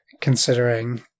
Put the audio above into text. considering